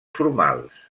formals